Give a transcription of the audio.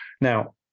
Now